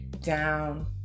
down